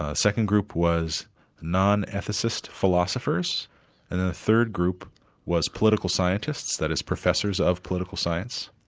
ah second group was non-ethicist philosophers, and the third group was political scientists that is professors of political science,